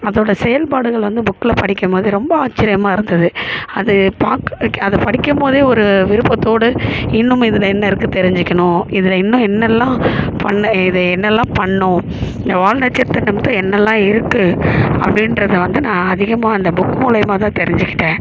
அதோடய செயல்பாடுகள் வந்து புக்கில் படிக்கும் போது ரொம்ப ஆச்சிரியமாக இருந்தது அது பார்க்குறக்கே அதை படிக்கும் போதே ஒரு விருப்பத்தோடு இன்னுமும் இதில் என்ன இருக்குது தெரிஞ்சுக்கணும் இதில் இன்னும் என்னெல்லாம் பண்ண இது என்னெல்லாம் பண்ணும் இந்த வால் நட்சத்திரத்தை என்னெல்லாம் இருக்குது அப்படின்றத வந்து நான் அதிகமாக அந்த புக் மூலயமா தான் தெரிஞ்சுகிட்டேன்